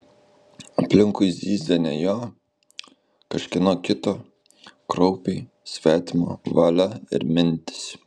aplinkui zyzė ne jo kažkieno kito kraupiai svetimo valia ir mintys